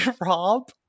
Rob